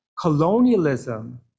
colonialism